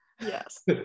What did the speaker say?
Yes